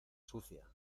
sucia